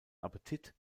appetit